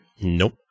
Nope